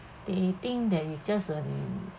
they think that is just uh